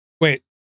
wait